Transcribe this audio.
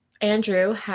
Andrew